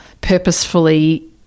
purposefully